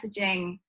messaging